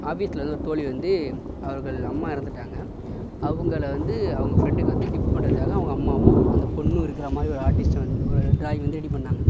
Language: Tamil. ஆஃபீஸ்சில் வந்து ஒரு தோழி வந்து அவர்கள் அம்மா இறந்துட்டாங்க அவங்கள வந்து அவங்க ஃப்ரெண்டுக்கு வந்து கிஃப்ட் பண்ணுறதுக்காக அவங்க அம்மாவும் அந்த பொண்ணும் இருக்கிற மாதிரி ஒரு ஆர்டிஸ்ட்டை வந்து ஒரு ட்ராயிங் வந்து ரெடி பண்ணிணாங்க